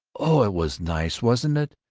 oh, it was nice, wasn't it!